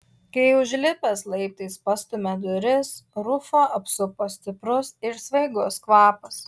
kai užlipęs laiptais pastumia duris rufą apsupa stiprus ir svaigus kvapas